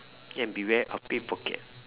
and beware of pickpocket